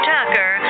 Tucker